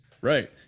Right